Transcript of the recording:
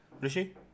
Rishi